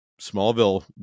Smallville